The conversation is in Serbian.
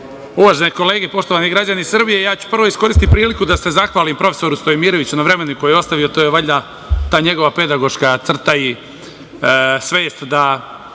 kolege, poštovani građani Srbije, ja ću prvo iskoristiti priliku da se zahvalim prof. Stojmiroviću na vremenu koji je ostavio, to je valjda ta njegova pedagoška crta i svest da